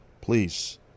Please